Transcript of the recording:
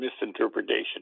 misinterpretation